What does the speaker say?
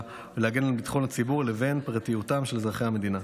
ולהגן על ביטחון הציבור לבין פרטיותם של אזרחי המדינה.